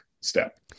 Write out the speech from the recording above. step